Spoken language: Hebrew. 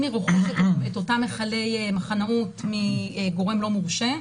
אם היא רוכשת את אותם מכלי מחנאות מגורם לא מורשה,